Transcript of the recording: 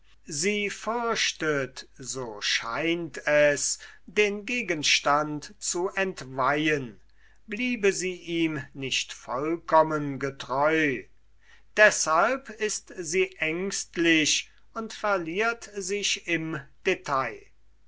sie fürchtet so scheint es den gegenstand zu entweihen bliebe sie ihm nicht vollkommen getreu deshalb ist sie ängstlich und verliert sich im detail